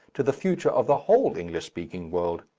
to the future of the whole english-speaking world.